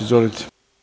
Izvolite.